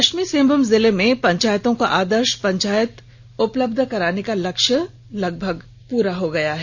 पष्चिमी सिंहभूम जिले में पंचायतों को आदर्ष पंचायत उपलब्ध कराने का लक्ष्य लगभग पूरा हो चला है